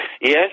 Yes